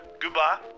goodbye